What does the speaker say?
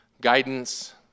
guidance